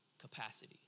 capacity